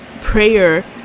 prayer